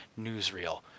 Newsreel